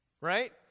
right